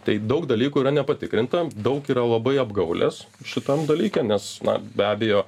tai daug dalykų yra nepatikrinta daug yra labai apgaulės šitam dalyke nes na be abejo